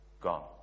gone